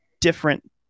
different